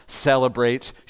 celebrates